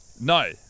No